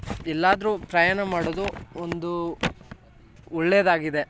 ಎಲ್ಲಾದರೂ ಪ್ರಯಾಣ ಮಾಡೋದು ಒಂದು ಒಳ್ಳೆಯದಾಗಿದೆ